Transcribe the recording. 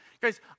Guys